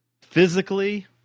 Physically